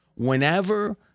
Whenever